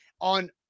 on